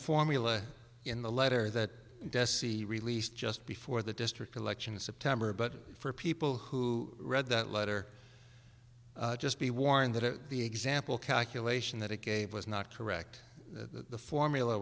formula in the letter that dessie released just before the district election in september but for people who read that letter just be warned that the example calculation that i gave was not correct the formula